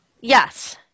Yes